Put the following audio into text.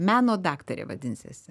meno daktarė vadinsiesi